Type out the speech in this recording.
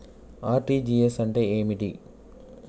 RTGS అంటే ఏమిటి?